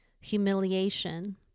humiliation